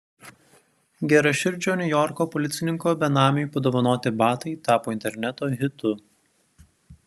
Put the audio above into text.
geraširdžio niujorko policininko benamiui padovanoti batai tapo interneto hitu